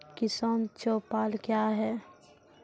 किसान चौपाल क्या हैं?